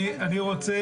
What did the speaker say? אני רוצה,